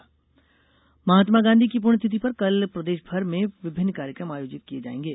शहीद दिवस महात्मा गांधी की पुण्यतिथि पर कल प्रदेश भर में विभिन्न कार्यक्रम आयोजित किये जायेंगे